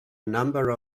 number